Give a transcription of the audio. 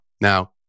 Now